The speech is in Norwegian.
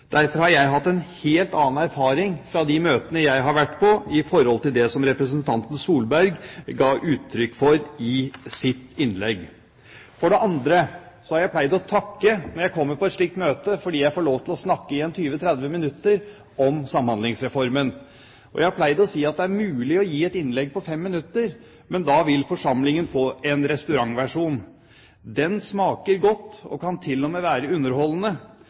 Derfor har jeg hatt en helt annen erfaring fra de møtene jeg har vært på, enn det som representanten Solberg ga uttrykk for i sitt innlegg. For det andre har jeg pleid å takke, når jeg kommer på et slikt møte, fordi jeg får lov til å snakke i 20–30 minutter om Samhandlingsreformen. Jeg har pleid å si at det er mulig å gi et innlegg på fem minutter, men da vil forsamlingen få en restaurantversjon. Den smaker godt og kan til og med være underholdende,